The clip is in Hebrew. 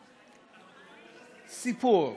סיפור: